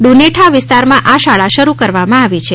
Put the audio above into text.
ડુનેઠા વિસ્તારમાં આ શાળા શરૂ કરવામાં આવી છે